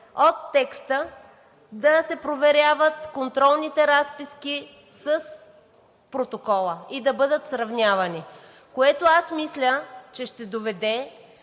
от текста да се проверяват контролните разписки с протокола и да бъдат сравнявани. Аз мисля, че това ще доведе